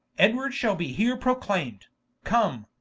edward shal be here proclaim'd come,